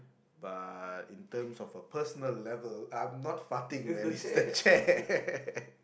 but in terms of a personal level I'm not farting man it's the chair